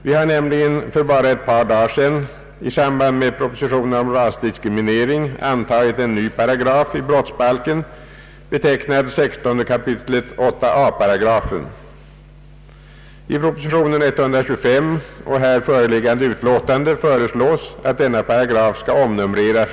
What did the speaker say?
Vi har nämligen för bara ett par dagar sedan i samband med propositionen om rasdiskriminering antagit en ny paragraf i brottsbalken, betecknad 16 kap. 8 a §. I proposition nr 125 och här föreliggande utlåtande föreslås att denna paragraf skall omnumreras.